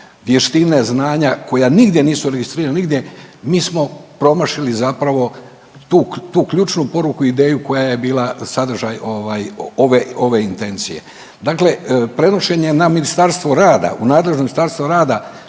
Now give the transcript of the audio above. vještine znanja koja nigdje nisu registrirana nigdje mi smo promašili zapravo tu ključnu poruku i ideju koja je bila sadržaj ove, ove intencije. Dakle, prenošenje na Ministarstvo rada u nadležno Ministarstvo rada